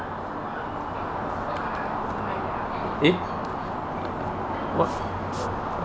eh what